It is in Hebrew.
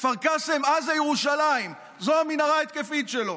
כפר קאסם-עזה-ירושלים, זו המנהרה ההתקפית שלו.